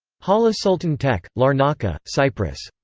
hala sultan tekke, larnaca, cyprus.